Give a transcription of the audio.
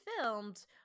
filmed